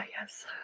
yes